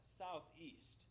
southeast